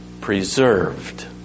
preserved